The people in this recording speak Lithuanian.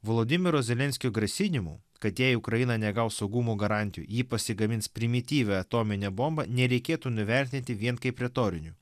volodymyro zelenskio grasinimų kad jei ukraina negaus saugumo garantijų ji pasigamins primityvią atominę bombą nereikėtų nuvertinti vien kaip retoriniu